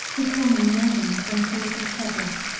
who call me madam from force of habit.